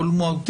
אבל הוא מהותי,